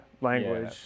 language